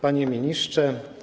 Panie Ministrze!